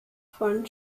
von